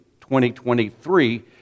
2023